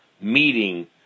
meeting